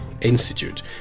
institute